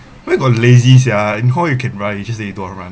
where got lazy sia and know you can run you just lazy don't want to run